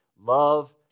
Love